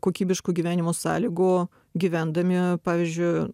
kokybiškų gyvenimo sąlygų gyvendami pavyzdžiu